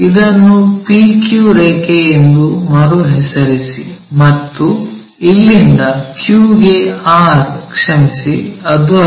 ಇದನ್ನು PQ ರೇಖೆ ಎಂದು ಮರುಹೆಸರಿಸಿ ಮತ್ತು ಇಲ್ಲಿಂದ Q ಗೆ R ಕ್ಷಮಿಸಿ ಇದು ಅಲ್ಲ